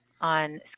on